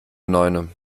neune